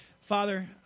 Father